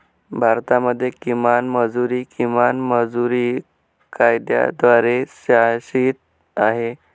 भारतामध्ये किमान मजुरी, किमान मजुरी कायद्याद्वारे शासित आहे